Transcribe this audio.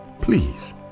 Please